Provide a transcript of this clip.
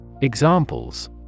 Examples